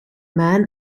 man